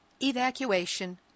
evacuation